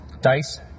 Dice